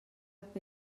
que